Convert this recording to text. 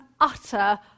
utter